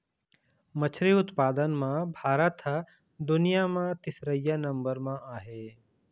मछरी उत्पादन म भारत ह दुनिया म तीसरइया नंबर म आहे